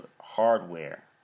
hardware